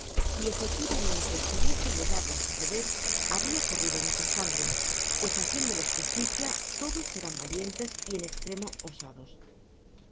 y efectivamente si hubiese llegado á suceder habria corrido mucha sangre pues haciéndoles justicia todos eran valientes y en estremo osados